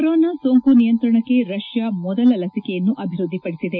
corona ಸೋಂಕು ನಿಯಂತ್ರಣಕ್ಕೆ Russia ಮೊದಲ ಲಸಿಕೆಯನ್ನು ಅಭಿವೃದ್ಧಿಪಡಿಸಿದೆ